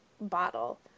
bottle